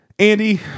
Andy